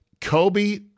Kobe